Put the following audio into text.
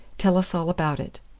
tell us all about it.